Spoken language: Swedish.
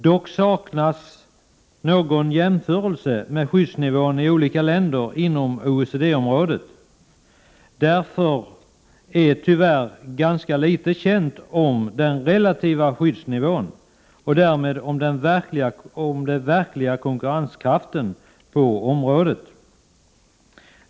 Dock saknas en jämförelse med skyddsnivån i olika länder inom OECD-området. Därför är tyvärr ganska litet känt om den relativa skyddsnivån och därmed om den verkliga konkurrenskraften på området.